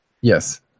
Yes